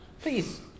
Please